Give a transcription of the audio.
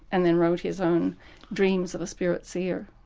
and then wrote his own dreams of a spirit seer.